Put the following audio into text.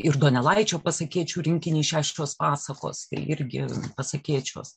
ir donelaičio pasakėčių rinkinį šešios pasakos irgi pasakėčios